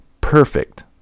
perfect